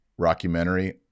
rockumentary